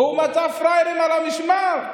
הוא מצא פראיירים על המשמר,